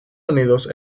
unidos